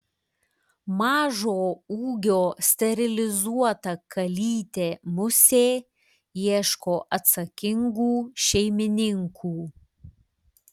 mažo ūgio sterilizuota kalytė musė ieško atsakingų šeimininkų